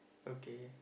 okay